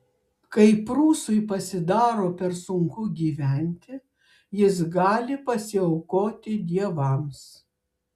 kai prūsui pasidaro per sunku gyventi jis gali pasiaukoti dievams